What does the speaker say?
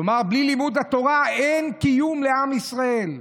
כלומר בלי לימוד התורה, אין קיום לעם ישראל.